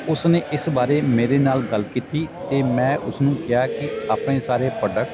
ਉਸ ਨੇ ਇਸ ਬਾਰੇ ਮੇਰੇ ਨਾਲ ਗੱਲ ਕੀਤੀ ਅਤੇ ਮੈਂ ਉਸ ਨੂੰ ਕਿਹਾ ਕਿ ਆਪਣੇ ਸਾਰੇ ਪ੍ਰੋਡਕਟ